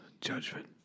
Judgment